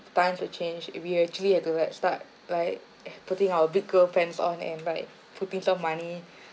time to change if we actually had to like start like putting our big girl pants on and like putting some money